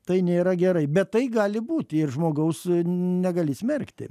tai nėra gerai bet tai gali būti ir žmogaus negali smerkti